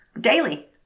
daily